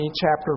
chapter